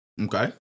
Okay